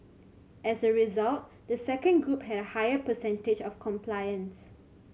as a result the second group had a higher percentage of compliance